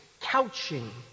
couching